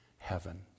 heaven